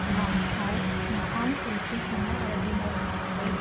लान्चाव ओंखाम ओंख्रि सङो आरो दिनारनि थाखाय